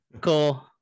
cool